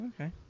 Okay